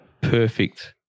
perfect